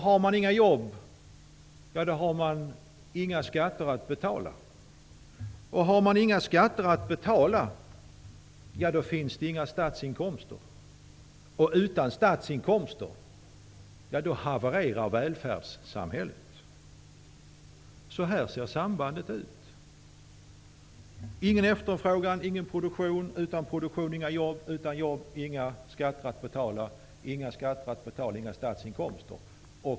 Finns inga jobb finns det inga skatter att betala. Finns det inte skatter att betala finns det inte statsinkomster. Utan statsinkomster havererar välfärdssamhället. Så ser sambandet ut. Ingen efterfrågan -- ingen produktion. Utan produktion -- inga jobb. Utan jobb -- inga skatter att betala. Inga skatter att betala -- inga statsinkomster.